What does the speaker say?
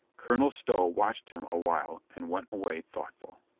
colonel stow watched him a while and went away thoughtful.